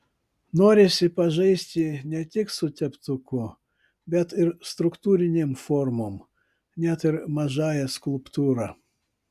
norisi pažaisti ne tik su teptuku bet ir struktūrinėm formom net ir mažąja skulptūra